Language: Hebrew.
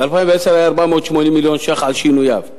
ב-2010 זה היה 480 מיליון שקל, על שינוייו.